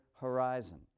horizon